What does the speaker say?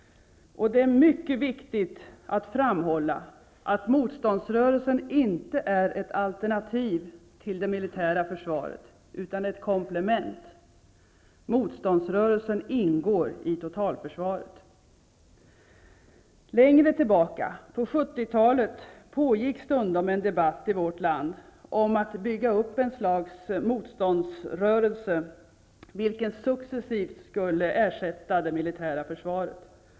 Det är mycket viktigt att framhålla att motståndsrörelsen inte är ett alternativ till det militära försvaret, utan ett komplement. Längre tillbaka -- på 1970-talet -- pågick stundom en debatt i vårt land om att bygga upp ett slags motståndsrörelse, vilken successivt skulle ersätta det militära försvaret.